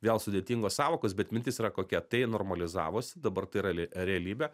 vėl sudėtingos sąvokos bet mintis yra kokia tai normalizavosi dabar tai yra le realybė